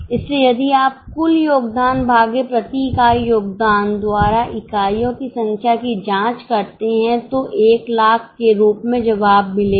इसलिए यदि आप कुल योगदान भागे प्रति इकाई योगदान द्वारा इकाइयों की संख्या की जांच करते हैं तो 100000 के रूप में जवाब मिलेगा